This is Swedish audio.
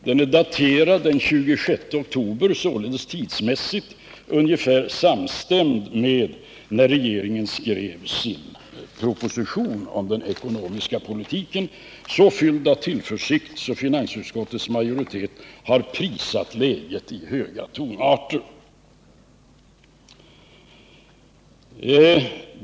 Den är daterad den 26 oktober, således tidsmässigt ungefär samstämd med den tidpunkt då regeringen skrev sin proposition om den ekonomiska politiken så fylld av tillförsikt att finansutskottets majoritet har prisat läget i höga tonarter.